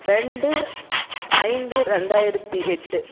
ரெண்டு ஐந்து ரெண்டாயிரத்து எட்டு